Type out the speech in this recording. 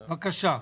בבקשה.